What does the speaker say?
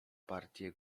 partie